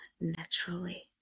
naturally